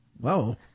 whoa